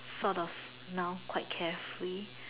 sort of now quite carefree